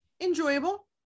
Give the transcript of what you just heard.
enjoyable